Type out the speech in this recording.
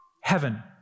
Heaven